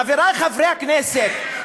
חברי חברי הכנסת,